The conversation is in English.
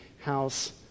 house